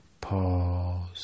Pause